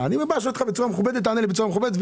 מכבד אותך